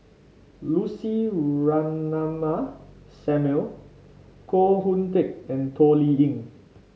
Lucy Ratnammah Samuel Koh Hoon Teck and Toh Liying